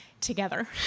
together